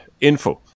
Info